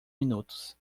minutos